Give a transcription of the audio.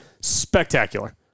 Spectacular